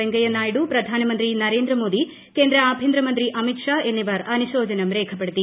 വെങ്കയ്യ നായിഡു പ്രധാനമന്ത്രി നരേന്ദ്ര മോദി കേന്ദ്ര ആഭ്യന്തര മന്ത്രി അമിത് ഷാ എന്നിവർ അനുശോചനം രേഖപ്പെടുത്തി